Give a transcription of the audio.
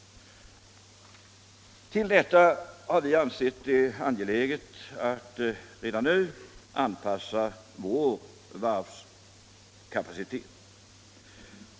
Till detta har vi ansett det angeläget att redan nu anpassa vår varvskapacitet.